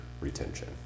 retention